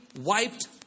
wiped